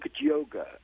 yoga